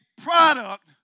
product